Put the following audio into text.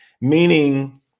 Meaning